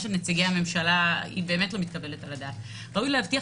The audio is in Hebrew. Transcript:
של נציגי הממשלה באמת לא מתקבלת על הדעת: ראוי להבטיח